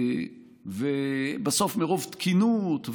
ובסוף מרוב תקינות,